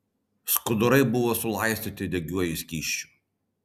skudurai buvo sulaistyti degiuoju skysčiu